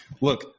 look